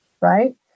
right